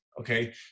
okay